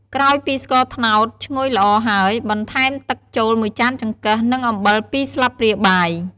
ក្រោយពីស្ករត្នោតឈ្ងុយល្អហើយ បន្ថែមទឹកចូល ១ចាន ចង្កឹះ និងអំបិល ២ស្លាបព្រាបាយ។